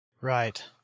Right